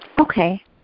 Okay